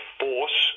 force